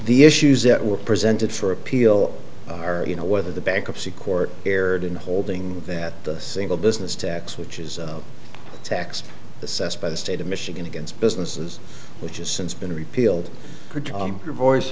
the issues that were presented for appeal are you know whether the bankruptcy court erred in holding that the single business tax which is a tax assessor by the state of michigan against businesses which has since been repealed or voice